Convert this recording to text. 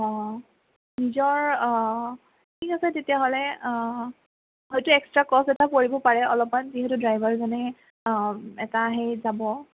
অঁ নিজৰ ঠিক আছে তেতিয়াহ'লে হয়টো এক্সট্ৰা কস্ত এটা পৰিব পাৰে অলপমান যিহেতু ড্ৰাইভাৰজনে এটা সেই যাব